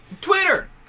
Twitter